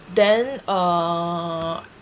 then uh